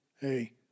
hey